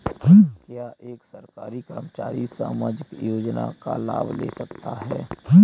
क्या एक सरकारी कर्मचारी सामाजिक योजना का लाभ ले सकता है?